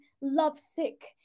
lovesick